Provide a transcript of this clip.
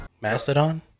Mastodon